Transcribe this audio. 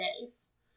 days